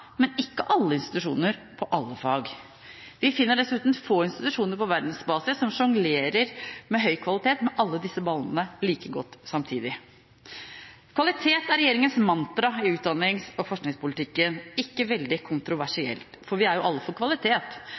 men ikke alle institusjoner på alle fag. Vi finner dessuten få institusjoner på verdensbasis som sjonglerer med høy kvalitet med alle disse ballene like godt samtidig. Kvalitet er regjeringens mantra i utdannings- og forskningspolitikken – ikke veldig kontroversielt, for vi er jo alle for kvalitet.